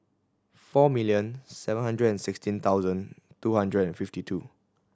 four million seven hundred and sixteen thousand two hundred and fifty two